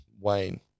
Wayne